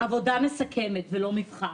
עבודה מסכמת, ולא מבחן.